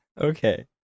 Okay